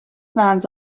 fans